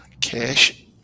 Cash